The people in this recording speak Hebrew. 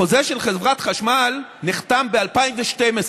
החוזה של חברת החשמל נחתם ב-2012,